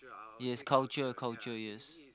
yes culture culture yes